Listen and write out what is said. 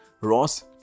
Ross